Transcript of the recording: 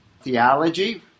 theology